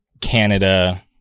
Canada